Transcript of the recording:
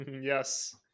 Yes